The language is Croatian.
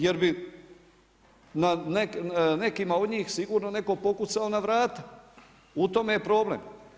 Jer bi na nekima od njih sigurno netko pokucao na vrata, u tome je problem.